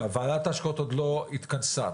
וועדת ההשקעות עוד לא התכנסה.